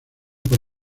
por